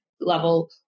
level